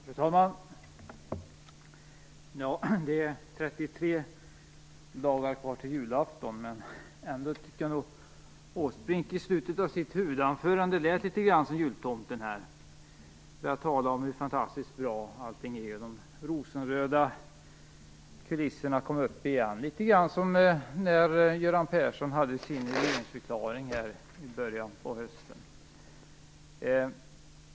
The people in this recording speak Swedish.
Fru talman! Det är 33 dagar kvar till julafton. Men ändå tycker jag att Erik Åsbrink i slutet av sitt huvudanförande lät litet grand som jultomten. Han talade om hur fantastiskt bra allting är. De rosenröda kulisserna kom upp igen. Det lät ungefär som när Göran Persson höll sin regeringsförklaring i början på hösten.